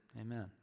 amen